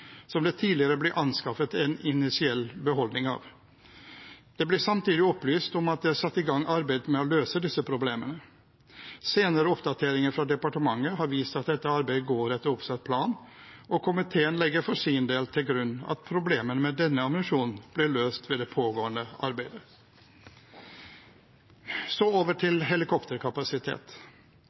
som det tidligere ble anskaffet en initiell beholdning av. Det ble samtidig opplyst om at det er satt i gang arbeid med å løse disse problemene. Senere oppdatering fra departementet har vist at dette arbeidet går etter oppsatt plan, og komiteen legger for sin del til grunn at problemene med denne ammunisjonen blir løst ved det pågående arbeidet. Så over til helikopterkapasitet.